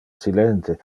silente